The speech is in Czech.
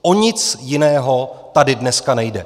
O nic jiného tady dneska nejde!